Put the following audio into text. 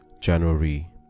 january